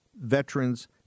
veterans